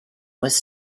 was